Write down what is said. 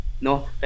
No